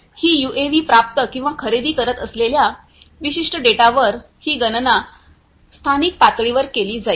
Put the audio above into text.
ही UAV प्राप्त किंवा खरेदी करत असलेल्या विशिष्ट डेटावर ही गणना स्थानिक पातळीवर केली जाईल